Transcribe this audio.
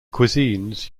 cuisines